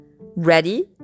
Ready